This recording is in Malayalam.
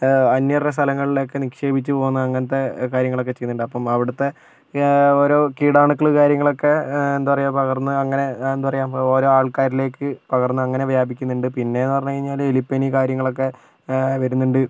അന്യരുടെ സ്ഥലങ്ങളിലൊക്കെ നിക്ഷേപിച്ചു പോകുന്ന അങ്ങനത്തെ കാര്യങ്ങള് ഒക്കെ ചെയ്യുന്നുണ്ട് അപ്പം അവിടത്തെ ഒരോ കീടാണുക്കള് കാര്യങ്ങളൊക്കെ എന്താ പറയുക പകർന്ന് അങ്ങനെ എന്താ പറയുക ഓരോ ആൾക്കാരിലേക്ക് പകർന്ന് അങ്ങനെ വ്യാപിക്കുന്നുണ്ട് പിന്നെ എന്ന് പറഞ്ഞ് കഴിഞ്ഞാല് എലിപ്പനി കാര്യങ്ങളൊക്കെ വരുന്നുണ്ട്